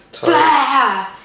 blah